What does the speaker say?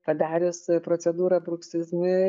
padarius procedūrą bruksizmui